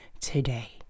today